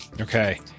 Okay